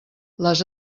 les